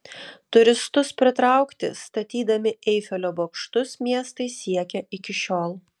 turistus pritraukti statydami eifelio bokštus miestai siekia iki šiol